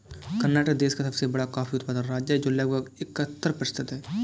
कर्नाटक देश का सबसे बड़ा कॉफी उत्पादन राज्य है, जो लगभग इकहत्तर प्रतिशत है